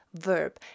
verb